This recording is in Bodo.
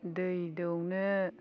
दै दौनो